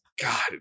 God